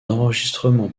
enregistrements